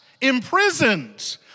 imprisoned